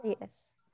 Yes